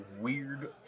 weird